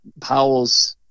Powell's